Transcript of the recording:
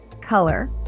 color